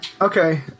okay